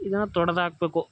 ಇದನ್ನು ತೊಡೆದ್ಹಾಕ್ಬೇಕು